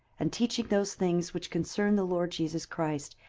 and teaching those things which concern the lord jesus christ,